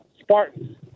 Spartans